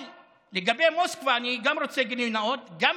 אבל גם לגבי מוסקבה אני רוצה גילוי נאות: גם